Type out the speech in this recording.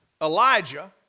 Elijah